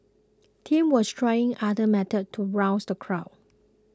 Tim was trying other methods to rouse the crowd